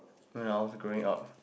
when I was growing up